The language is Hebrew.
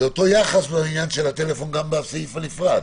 זה אותו יחס בעניין של הטלפון גם בסעיף הנפרד,